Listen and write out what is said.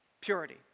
purity